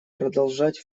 продолжать